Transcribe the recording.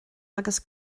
agus